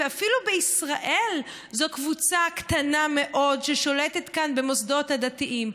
ואפילו בישראל זו קבוצה קטנה מאוד ששולטת כאן במוסדות הדתיים.